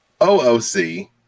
OOC